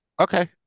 Okay